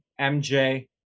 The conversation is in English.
MJ